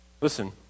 Listen